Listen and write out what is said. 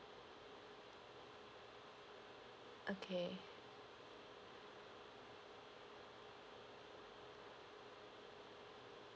okay